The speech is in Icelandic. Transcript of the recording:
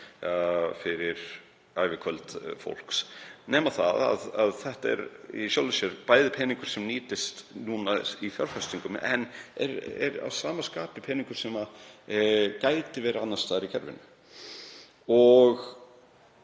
fyrir ævikvöld fólks. Þetta er í sjálfu sér bæði peningur sem nýtist núna í fjárfestingum en er að sama skapi peningur sem gæti verið annars staðar í kerfinu.